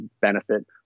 benefit